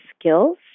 skills